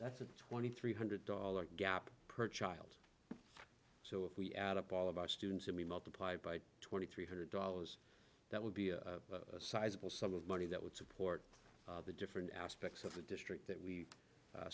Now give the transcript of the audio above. that's a twenty three hundred dollars gap per child so if we add up all of our students and we multiplied by twenty three hundred dollars that would be a sizable sum of money that would support the different aspects of the district that we